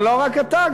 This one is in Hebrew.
אבל לא רק אתה,